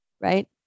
right